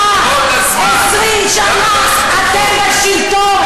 רויטל, החטיבה